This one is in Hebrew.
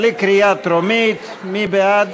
בקריאה טרומית, מי בעד?